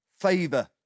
favor